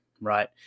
right